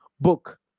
book